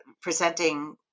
presenting